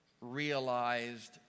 realized